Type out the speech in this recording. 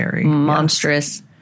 monstrous